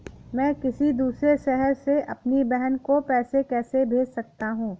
मैं किसी दूसरे शहर से अपनी बहन को पैसे कैसे भेज सकता हूँ?